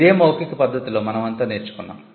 ఇదే మౌఖిక పద్ధతిలో మనమంతా నేర్చుకున్నాం